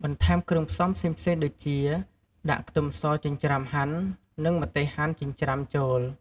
បន្ថែមគ្រឿងផ្សំផ្សេងៗដូចជា ដាក់ខ្ទឹមសចិញ្ច្រាំ ហាន់ និង ម្ទេសហាន់ ចិញ្ច្រាំ ចូល។